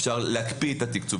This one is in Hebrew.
אפשר להקפיא את התקצוב.